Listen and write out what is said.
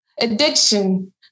addiction